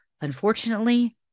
Unfortunately